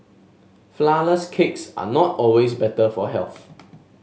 flourless cakes are not always better for health